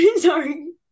Sorry